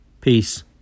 Peace